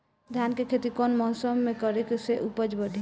धान के खेती कौन मौसम में करे से उपज बढ़ी?